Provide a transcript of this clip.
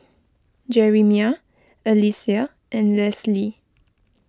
Jerimiah Alysia and Lesley